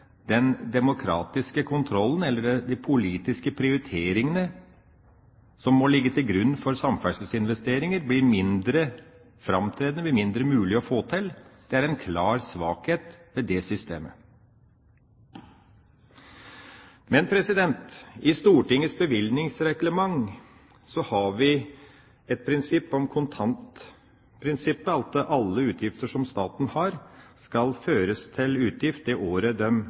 den demokratiske kontrollen eller de politiske prioriteringene som må ligge til grunn for samferdselsinvesteringer, blir mindre framtredende, blir mindre mulig å få til. Det er en klar svakhet ved det systemet. I Stortingets bevilgningsreglement har vi et prinsipp, kontantprinsippet, om at alle utgifter som staten har, skal føres til utgift det året